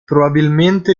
probabilmente